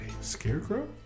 Scarecrow